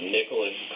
Nicholas